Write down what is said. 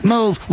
Move